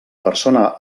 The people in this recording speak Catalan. persona